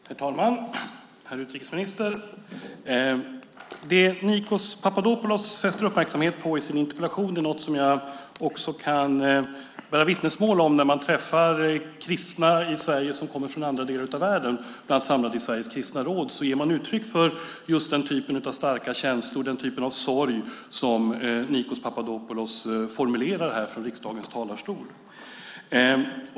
Herr talman! Herr utrikesminister! Det Nikos Papadopoulos fäster uppmärksamhet på i sin interpellation är något som jag också kan bära vittnesmål om. När man träffar kristna i Sverige som kommer från andra delar av världen, bland annat samlade i Sveriges kristna råd, ger de uttryck för just den typ av starka känslor och sorg som Nikos Papadopoulos här formulerar från riksdagens talarstol.